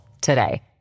today